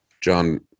john